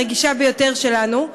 הרגישה ביותר שלנו.